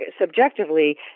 subjectively